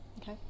Okay